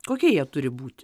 kokie jie turi būti